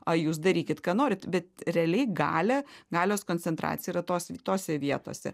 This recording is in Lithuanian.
o jūs darykit ką norit bet realiai galią galios koncentracija yra tos tose vietose